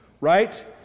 Right